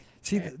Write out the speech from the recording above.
See